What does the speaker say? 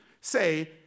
say